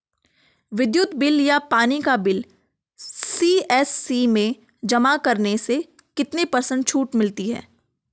विद्युत बिल या पानी का बिल सी.एस.सी में जमा करने से कितने पर्सेंट छूट मिलती है?